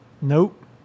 Nope